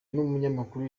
n’umunyamakuru